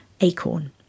Acorn